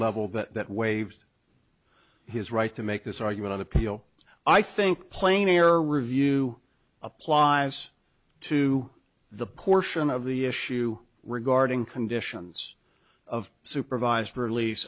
level that waived his right to make this argument on appeal i think plain air review applies to the portion of the issue regarding conditions of supervised release